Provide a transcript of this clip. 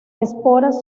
esporas